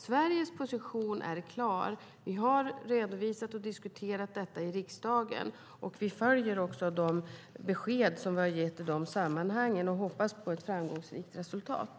Sveriges position är klar. Vi har redovisat och diskuterat detta i riksdagen. Vi följer också de besked som vi har gett i de sammanhangen och hoppas på ett framgångsrikt resultat.